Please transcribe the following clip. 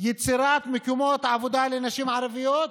יצירת מקומות עבודה לנשים ערביות,